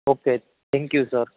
okay thank you sir